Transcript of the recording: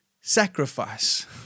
sacrifice